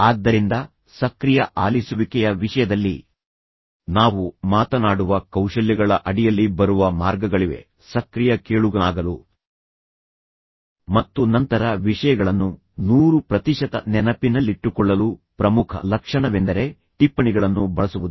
ಆದ್ದರಿಂದ ಸಕ್ರಿಯ ಆಲಿಸುವಿಕೆಯ ವಿಷಯದಲ್ಲಿ ನಾವು ಮಾತನಾಡುವ ಕೌಶಲ್ಯಗಳ ಅಡಿಯಲ್ಲಿ ಬರುವ ಮಾರ್ಗಗಳಿವೆ ಸಕ್ರಿಯ ಕೇಳುಗನಾಗಲು ಮತ್ತು ನಂತರ ವಿಷಯಗಳನ್ನು 100 ಪ್ರತಿಶತ ನೆನಪಿನಲ್ಲಿಟ್ಟುಕೊಳ್ಳಲು ಪ್ರಮುಖ ಲಕ್ಷಣವೆಂದರೆ ಟಿಪ್ಪಣಿಗಳನ್ನು ಬಳಸುವುದು